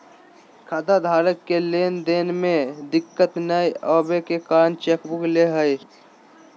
खाताधारक के लेन देन में दिक्कत नयय अबे के कारण चेकबुक ले हइ